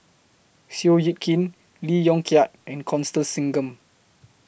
Seow Yit Kin Lee Yong Kiat and Constance Singam